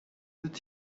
کندن